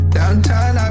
Downtown